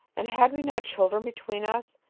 and had we not children between us?